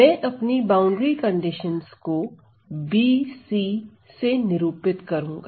मैं अपनी boundary conditions को BC से निरूपित करूंगा